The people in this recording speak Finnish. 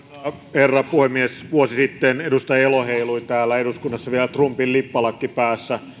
herra puhemies vuosi sitten edustaja elo heilui täällä eduskunnassa vielä trumpin lippalakki päässä nyt